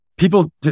People